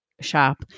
shop